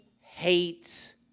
hates